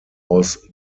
aus